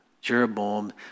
Jeroboam